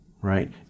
right